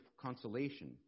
consolation